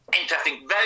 interesting